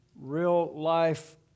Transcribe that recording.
real-life